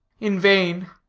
in vain.